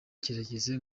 kirageze